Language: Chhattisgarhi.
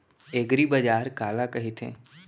एगरीबाजार काला कहिथे?